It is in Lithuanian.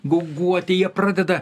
guguoti jie pradeda